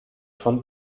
von